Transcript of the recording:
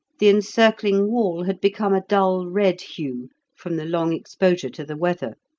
the encircling wall had become a dull red hue from the long exposure to the weather,